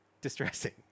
distressing